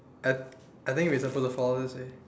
I I think we supposed to follow this eh